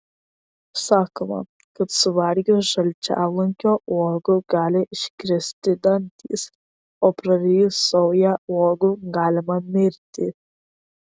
sakoma kad suvalgius žalčialunkio uogų gali iškristi dantys o prarijus saują uogų galima mirti